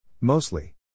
Mostly